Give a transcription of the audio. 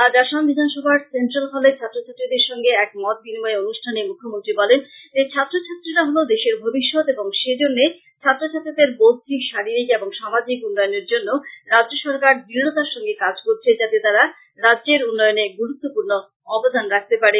আজ আসাম বিধান সভার সেন্ট্রাল হলে ছাত্র ছাত্রীদের সঙ্গে এক মত বিনিময় অনুষ্ঠানে মুখ্যমন্ত্রী বলেন যে ছাত্র ছাত্রীরা হলো দেশের ভবিষ্যৎ এবং সেজন্য ছাত্র ছাত্রিদের বৌদ্ধিক শারীরিক এবং সামাজিক উন্নয়নের জন্য রাজ্য সরকার দৃঢ়তার সঙ্গে কাজ করছে যাতে তারা রাজ্যের উন্নয়নে গুরুত্বপূর্ণ আবদান রাখতে পারে